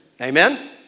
Amen